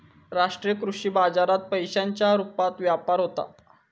राष्ट्रीय कृषी बाजारात पैशांच्या रुपात व्यापार होता